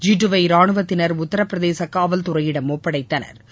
ஜீட்டுவை ராணுவத்தினா் உத்திரபிரதேச காவல்துறையிடம் ஒப்படைத்தனா்